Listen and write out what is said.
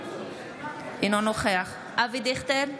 אינו נוכח אבי דיכטר,